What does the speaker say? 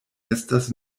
estas